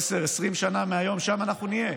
עשר או 20 שנה מהיום שם אנחנו נהיה,